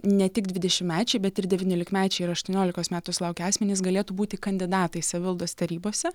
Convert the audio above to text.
ne tik dvidešimtmečiai bet ir devyniolikmečiai ir aštuoniolikos metų sulaukę asmenys galėtų būti kandidatais savivaldos tarybose